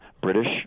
British